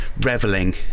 reveling